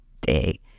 day